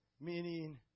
Meaning